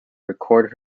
record